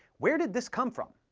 where did this come from?